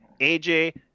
aj